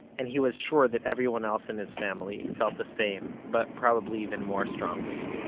and he was sure that everyone else in his family felt the same, but probably even more strongly